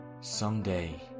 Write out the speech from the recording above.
Someday